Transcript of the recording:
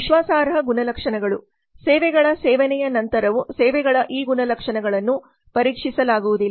ವಿಶ್ವಾಸಾರ್ಹ ಗುಣಲಕ್ಷಣಗಳು ಸೇವೆಗಳ ಸೇವನೆಯ ನಂತರವೂ ಸೇವೆಗಳ ಈ ಗುಣಲಕ್ಷಣಗಳನ್ನು ಪರೀಕ್ಷಿಸಲಾಗುವುದಿಲ್ಲ